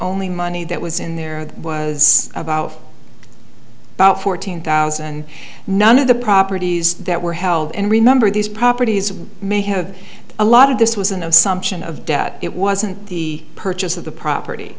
only money that was in there was about about fourteen thousand and none of the properties that were held and remember these properties may have a lot of this was an assumption of debt it wasn't the purchase of the property